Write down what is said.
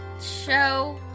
show